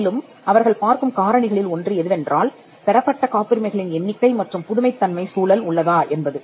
மேலும் அவர்கள் பார்க்கும் காரணிகளில் ஒன்று எதுவென்றால் பெறப்பட்ட காப்புரிமைகளின் எண்ணிக்கை மற்றும் புதுமைத் தன்மை சூழல் உள்ளதா என்பது